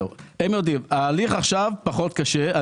ההליך עכשיו פחות קשה.